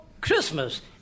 Christmas